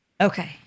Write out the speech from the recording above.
okay